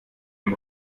dem